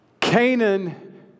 Canaan